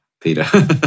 Peter